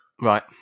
right